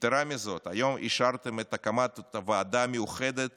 יתרה מזו, היום אישרתם את הקמת הוועדה המיוחדת